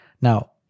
Now